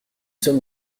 sommes